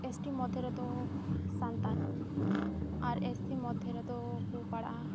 S T ᱢᱚᱫᱽᱫᱷᱮ ᱨᱮᱫᱚ ᱥᱟᱱᱛᱟᱲ ᱟᱨ ᱮᱹᱥ ᱥᱤ ᱢᱚᱫᱽᱫᱷᱮ ᱨᱮᱫᱚ ᱠᱚ ᱯᱟᱲᱟᱜᱼᱟ